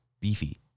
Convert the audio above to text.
beefy